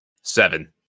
seven